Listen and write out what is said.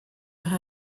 her